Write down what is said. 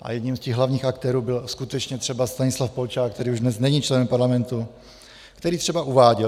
A jedním z hlavních aktérů byl skutečně třeba Stanislav Polčák, který už dnes není členem parlamentu, který třeba uváděl: